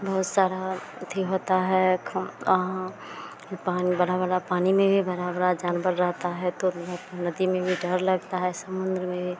बहुत सारा अथी होता है कहाँ जो पान बड़ा बड़ा पानी में भी बड़ा बड़ा जानवर रहता है तो बहुत नदी में भी डर लगता है समुद्र में भी